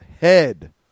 head